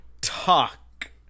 talk